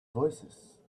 voicesand